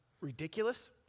ridiculous